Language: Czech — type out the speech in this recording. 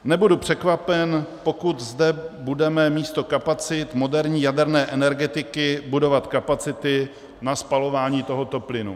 Nebudu překvapen, pokud zde budeme místo kapacit moderní jaderné energetiky budovat kapacity na spalování tohoto plynu.